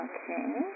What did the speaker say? Okay